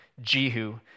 Jehu